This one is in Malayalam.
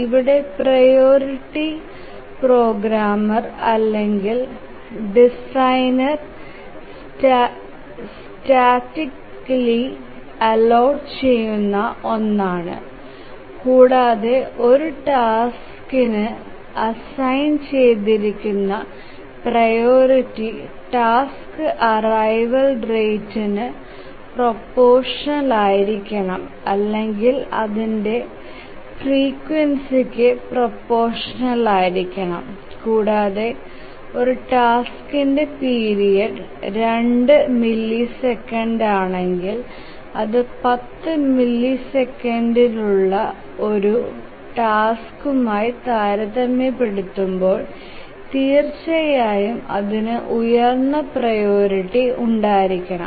ഇവിടെ പ്രിയോറിറ്റി പ്രോഗ്രാമർ അല്ലെങ്കിൽ ഡിസൈനർ സ്റ്റാറ്റിക്കലി അലോട്ട് ചെയുന്ന ഒന്നാണ് കൂടാതെ ഒരു ടാസ്ക്കിന് അസൈൻ ചെയ്തിരിക്കുന്ന പ്രിയോറിറ്റി ടാസ്ക് ആരൈവൾ റേറ്റ്നു പ്രൊപ്പോഷണൽ ആയിരിക്കണം അല്ലെങ്കിൽ അതിന്റെ ഫ്രീക്യുൻസിക് പ്രൊപ്പോഷണൽ ആയിരിക്കണം കൂടാതെ ഒരു ടാസ്ക്കിന്റെ പീരിയഡ് 2 മില്ലിസെക്കൻഡാണെങ്കിൽ അത് 10 മില്ലിസെക്കൻഡുള്ള ഒരു ടാസ്കുമായി താരതമ്യപ്പെടുത്തുമ്പോൾ തീർച്ചയായും അതിനു ഉയർന്ന പ്രിയോറിറ്റി ഉണ്ടായിരിക്കണം